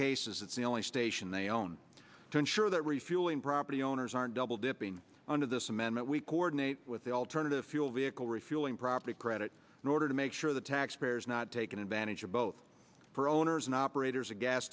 cases it's the only station they own to insure that refueling property owners aren't double dipping under this amendment we coordinate with the alternative fuel vehicle refuelling proper credit in order to make sure the tax payers not taken advantage of both for owners and operators a gas